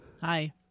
Hi